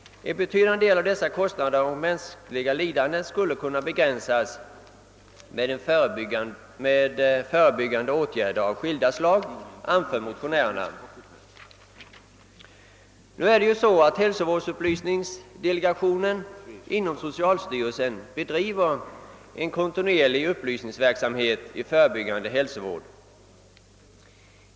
En betydande del av dessa »kostnader — och mänskligt lidande — skulle kunna begränsas med förebyggande åtgärder av skilda slag», anför motionärerna vidare. Hälsovårdsupplysningsdelegationen inom socialstyrelsen bedriver en kontinuerlig upplysningsverksamhet angående den förebyggande hälsovården.